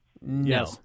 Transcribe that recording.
No